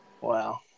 Wow